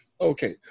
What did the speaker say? Okay